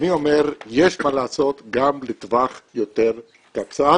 אני אומר שיש מה לעשות גם לטווח יותר קצר,